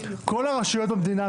כל הרשויות במדינה,